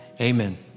Amen